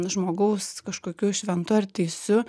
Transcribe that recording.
žmogaus kažkokiu šventu ar teisiu